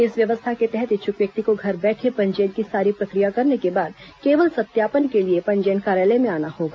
इस व्यवस्था के तहत इच्छुक व्यक्ति को घर बैठे पंजीयन की सारी प्रक्रिया करने के बाद केवल सत्यापन के लिए पंजीयन कार्यालय में आना होगा